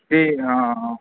ਤੇ ਹਾਂ